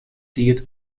tiid